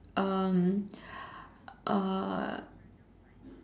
um uh